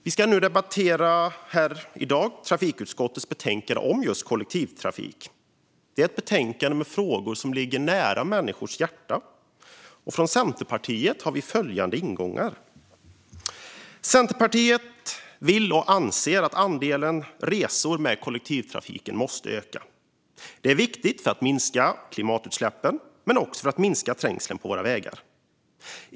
Vi debatterar i dag trafikutskottets betänkande om just kollektivtrafik, ett betänkande med frågor som ligger nära människors hjärta. Från Centerpartiet har vi följande ingångar. Centerpartiet anser att andelen resor med kollektivtrafik måste öka. Detta är viktigt för att minska klimatutsläppen men också för att minska trängseln på våra vägar.